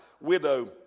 widow